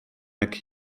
jak